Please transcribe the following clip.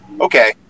Okay